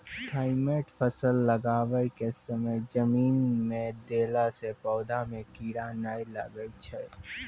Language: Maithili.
थाईमैट फ़सल लगाबै के समय जमीन मे देला से पौधा मे कीड़ा नैय लागै छै?